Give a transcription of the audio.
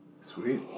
Sweet